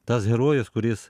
tas herojus kuris